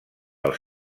els